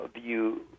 view